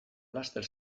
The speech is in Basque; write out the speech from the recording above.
laster